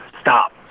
stop